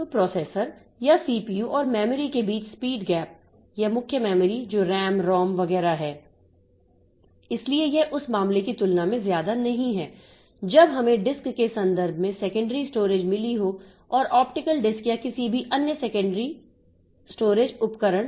तो प्रोसेसर या सीपीयू और मेमोरी के बीच स्पीड गैप यह मुख्य मेमोरी जो RAM ROM वगैरह है इसलिए यह उस मामले की तुलना में ज्यादा नहीं है जब हमें डिस्क के संदर्भ में सेकेंडरी स्टोरेज मिली हो और ऑप्टिकल डिस्क या किसी भी अन्य सेकेंडरी स्टोरेज उपकरण